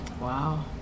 Wow